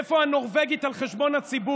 איפה הנורבגית על חשבון הציבור?